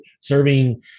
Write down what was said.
serving